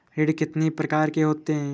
ऋण कितनी प्रकार के होते हैं?